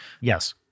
Yes